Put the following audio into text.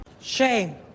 Shame